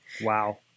Wow